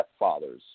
stepfathers